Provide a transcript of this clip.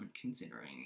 considering